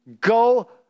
go